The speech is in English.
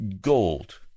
gold